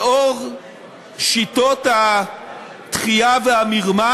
לאור שיטות הדחייה והמרמה,